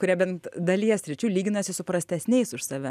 kurie bent dalyje sričių lyginasi su prastesniais už save